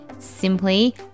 simply